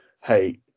hey